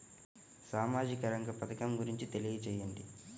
సామాజిక రంగ పథకం గురించి తెలియచేయండి?